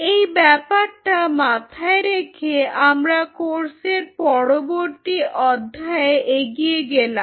এই ব্যাপারটা মাথায় রেখে আমরা কোর্সের পরবর্তী অধ্যায়ে এগিয়ে গেলাম